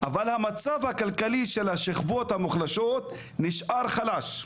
אבל המצב הכלכלי של השכבות המוחלשות נשאר חלש.